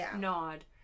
nod